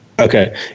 Okay